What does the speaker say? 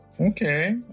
Okay